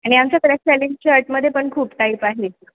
आणि आमच्याकडं सेलिंग शर्टमध्ये पण खूप टाईप आहेत